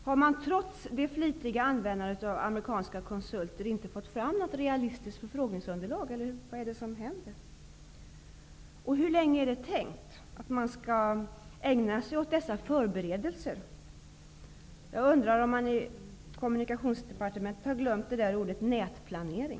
Har man trots det flitiga användandet av amerikanska konsulter inte fått fram något realistiskt förfrågningsunderlag, eller vad är det som händer? Hur länge är det tänkt att man skall ägna sig åt dessa förberedelser? Har man i Kommunikationsdepartementet glömt ordet nätplanering?